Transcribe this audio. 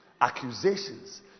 Accusations